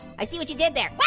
i see what you did there? yeah